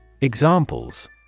Examples